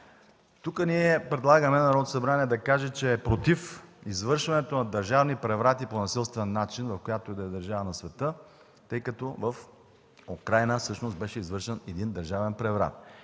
Тук ние предлагаме на Народното събрание да каже, че е против извършването на държавни преврати по насилствен начин в която и да е държава на света, тъй като в Украйна всъщност беше извършен един държавен преврат.